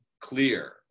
clear